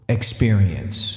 Experience